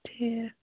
ٹھیٖک